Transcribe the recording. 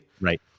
right